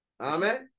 Amen